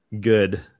good